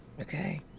Okay